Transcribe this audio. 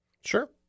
Sure